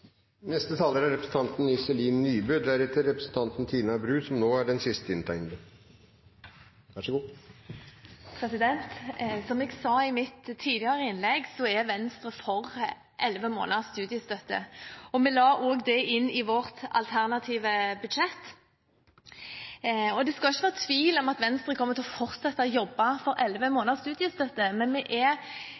Som jeg sa i mitt tidligere innlegg, er Venstre for elleve måneders studiestøtte, og vi la det også inn i vårt alternative budsjett. Det skal ikke være tvil om at Venstre kommer til å fortsette å jobbe for elleve måneders studiestøtte, men når vi ikke fikk det direkte inn i budsjettavtalen med Høyre og Fremskrittspartiet, er